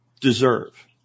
deserve